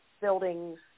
buildings